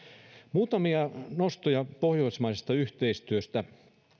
muutamia nostoja pohjoismaisesta yhteistyöstä